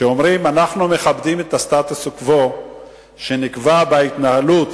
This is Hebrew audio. שאומרים: אנחנו מכבדים את הסטטוס-קוו שנקבע בהתנהלות